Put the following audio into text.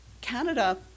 Canada